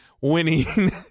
winning